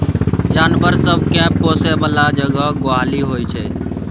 जानबर सब केँ पोसय बला जगह गोहाली होइ छै